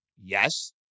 Yes